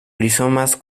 rizomas